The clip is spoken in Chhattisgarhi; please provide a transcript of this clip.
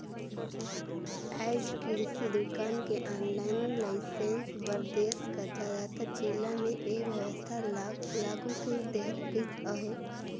आएज किरसि दुकान के आनलाईन लाइसेंस बर देस कर जादातर जिला में ए बेवस्था ल लागू कइर देहल गइस अहे